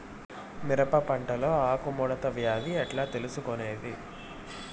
మిరప పంటలో ఆకు ముడత వ్యాధి ఎట్లా తెలుసుకొనేది?